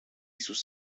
sus